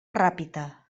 ràpita